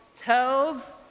tells